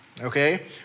okay